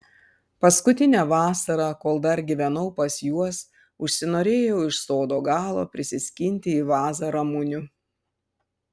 paskutinę vasarą kol dar gyvenau pas juos užsinorėjau iš sodo galo prisiskinti į vazą ramunių